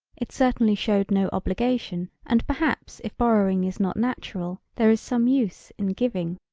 it certainly showed no obligation and perhaps if borrowing is not natural there is some use in giving.